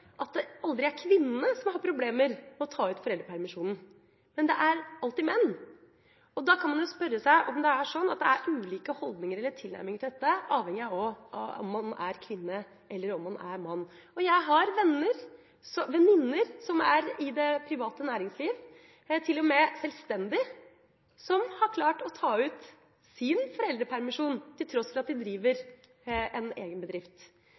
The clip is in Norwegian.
at det aldri er kvinnene som har problemer med å ta ut foreldrepermisjonen – det er alltid menn. Da kan man spørre seg om det er sånn at det er ulike holdninger eller tilnærminger til dette avhengig av om man er kvinne eller mann. Jeg har venninner som er i det private næringsliv, de er til og med selvstendig næringsdrivende, som har klart å ta ut sin foreldrepermisjon til tross for at de driver en egen bedrift.